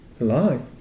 alive